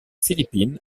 philippines